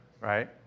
right